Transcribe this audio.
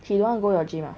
he don't want go your gym ah